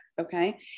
Okay